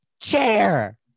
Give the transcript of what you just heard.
chair